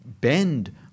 bend